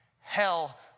Hell